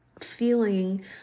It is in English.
feeling